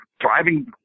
driving